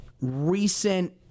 recent